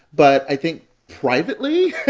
but i think privately,